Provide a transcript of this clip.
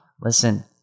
listen